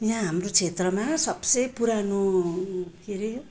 यहाँ हाम्रो क्षेत्रमा सबसे पुरानो के हरे यो